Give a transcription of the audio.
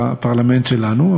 בפרלמנט שלנו,